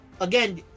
Again